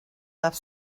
left